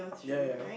yeah yeah yeah